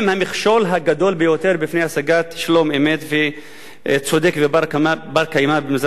הגדול ביותר בפני השגת שלום-אמת צודק ובר-קיימא במזרח התיכון.